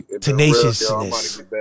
Tenaciousness